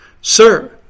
sir